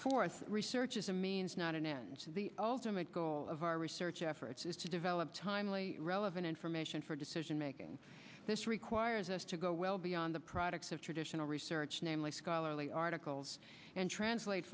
us research is a means not an end the ultimate goal of our research efforts is to develop timely relevant information for decision making this requires us to go well beyond the products of traditional research namely scholarly articles and translate